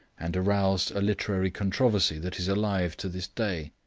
and aroused a literary controversy that is alive to this day.